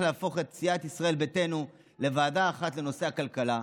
להפוך את סיעת ישראל ביתנו לוועדה אחת לנושא הכלכלה: